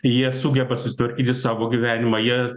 jie sugeba susitvarkyti savo gyvenimą jie